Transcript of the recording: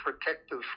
protective